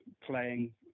playing